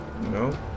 No